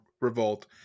Revolt